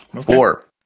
Four